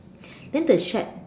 then the shed